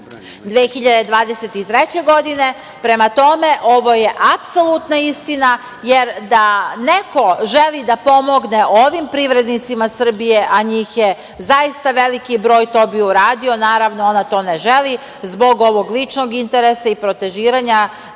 2023. godine. Prema tome, ovo je apsolutna istina, jer da neko želi da pomogne ovim privrednicima Srbije, a njih je zaista veliki broj to bi uradio. Naravno, ona to ne želi, zbog ovog ličnog interesa i protežiranja